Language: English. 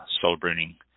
celebrating